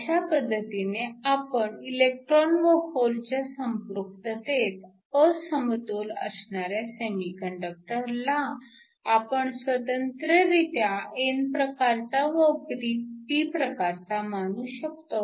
अशा पद्धतीने आपण इलेक्ट्रॉन व होलच्या संपृक्ततेत असमतोल असणाऱ्या सेमीकंडक्टरला आपण स्वतंत्ररित्या n प्रकारचा व p प्रकारचा मानू शकतो